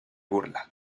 burla